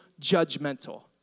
judgmental